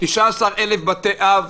19,000 בתי אב,